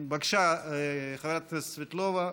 בבקשה, חברת הכנסת סבטלובה,